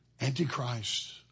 antichrist